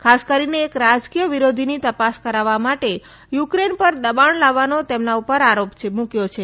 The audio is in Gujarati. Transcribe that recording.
ખાસ કરીને એક રાજકીય વિરોધીની તપાસ કરાવવા માટે યુકેન પર દબાણ લાવવાનો તેમના પર આરોપ મૂકવામાં આવ્યો છે